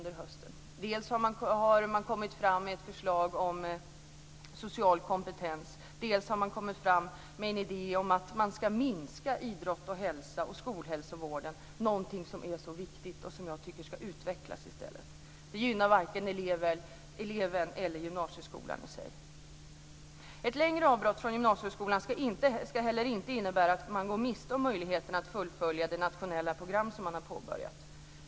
Dels har man kommit med ett förslag om social kompetens, dels har man kommit med en idé om att minska idrott, hälsa och skolhälsovården, någonting som är så viktigt och som jag tycker i stället ska utvecklas. Det gynnar varken eleven och gymnasieskolan i sig att minska sådant. Ett längre avbrott från gymnasieskolan ska inte innebära att man går miste om möjligheten att fullfölja det nationella program man har påbörjat.